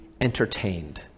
entertained